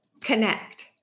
connect